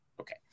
Okay